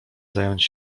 zająć